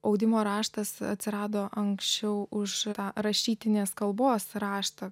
audimo raštas atsirado anksčiau už ra rašytinės kalbos raštą